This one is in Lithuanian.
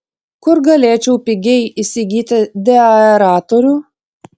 kur galėčiau pigiai įsigyti deaeratorių